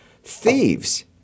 thieves